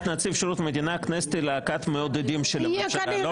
נציב שירות המדינה הכנסת היא להקת מעודדים של הממשלה,